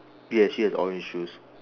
yes she has orange shoes